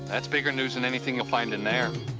that's bigger news than anything you'll find in there.